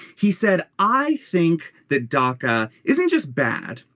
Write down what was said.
he said i think that dhaka isn't just bad.